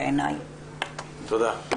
תודה.